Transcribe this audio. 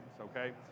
okay